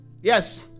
Yes